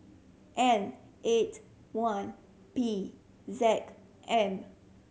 N eight one P Z M